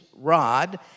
rod